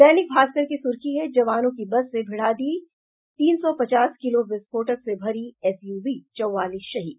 दैनिक भास्कर की सुर्खी है जवानों की बस से भिड़ा दी तीन सौ पचास किलो विस्फोटक से भरी एसयूवी चौबालीस शहीद